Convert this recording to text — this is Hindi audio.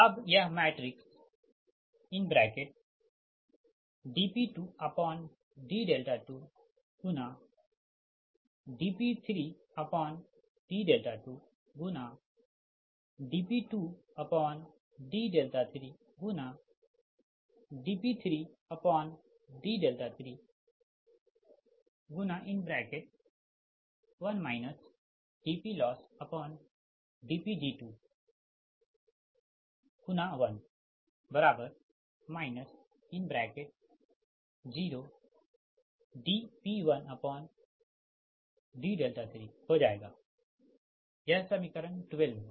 अबयह matrix dP2d2 dP3d2 dP2d3 dP3d3 1 dPLossdPg2 1 0 dP1d3 हो जाएगा यह समीकरण 12 है